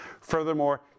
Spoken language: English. Furthermore